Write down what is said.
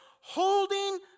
holding